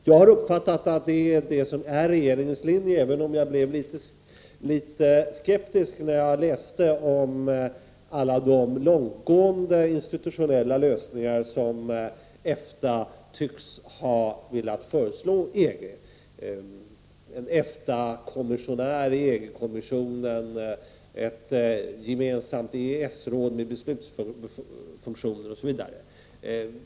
Jag har uppfattat detta som regeringens linje, men jag blev litet skeptisk när jag läste om alla de långtgående institutionella lösningar som EFTA tycks ha velat föreslå EG: en EFTA-kommissionär i EG-kommissionen, ett gemensamt EES-råd med beslutsfunktioner osv.